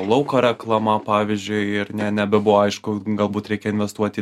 lauko reklama pavyzdžiui ir ne nebebuvo aišku galbūt reikia investuoti